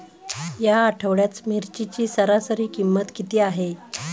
या आठवड्यात मिरचीची सरासरी किंमत किती आहे?